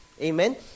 Amen